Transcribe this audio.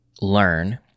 learn